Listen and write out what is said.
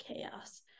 chaos